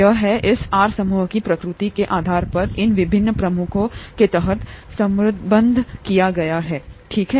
यह है इस आर समूह की प्रकृति के आधार पर इन विभिन्न प्रमुखों के तहत समूहबद्ध किया गया है ठीक है